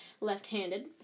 left-handed